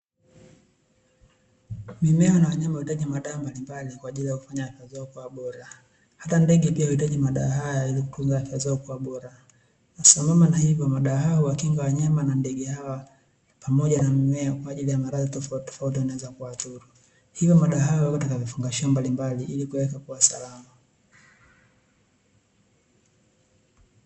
Mimea na wanyama huhitaji madawa mbalimbali, kwa ajili ya kufanya afya zao kuwa bora. Hata ndege pia huhitaji madawa hayo ili kutunza afya zao kua bora, sambamba na hivyo madawa hayo huwakinga wanyama hawa na ndege hawa pamoja na mimea kwa ajili ya maradhi tofautitofauti yanayoweza kuwadhuru. Hivyo madawa haya huwekwa katika vifungashio mbalimbali ili kuyaweka kua salama.